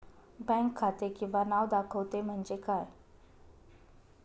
Bank खाते किंवा नाव दाखवते म्हणजे काय?